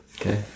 Okay